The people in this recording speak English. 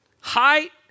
height